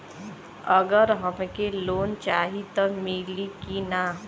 अगर हमके लोन चाही त मिली की ना?